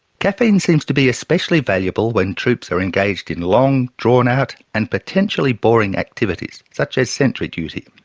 caffeine seems to be especially valuable when troops are engaged in long, drawn-out and potentially boring activities such as sentry duty.